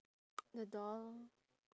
the door lor